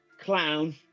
clown